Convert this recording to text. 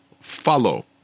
follow